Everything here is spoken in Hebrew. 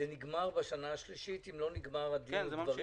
זה נגמר בשה השלישית אם לא הסתיים התהליך?